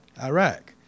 Iraq